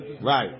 Right